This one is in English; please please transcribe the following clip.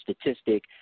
statistic